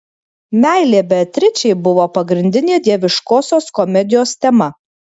meilė beatričei buvo pagrindinė dieviškosios komedijos tema